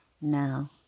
Now